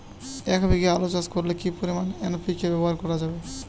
এক বিঘে আলু চাষ করলে কি পরিমাণ এন.পি.কে ব্যবহার করা যাবে?